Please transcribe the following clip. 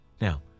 Now